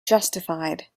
justified